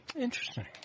interesting